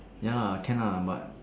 ya lah can lah but